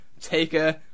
Taker